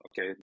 okay